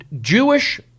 Jewish